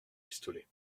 pistolet